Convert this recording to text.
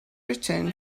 return